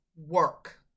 work